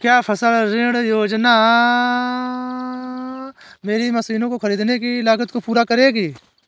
क्या फसल ऋण योजना मेरी मशीनों को ख़रीदने की लागत को पूरा करेगी?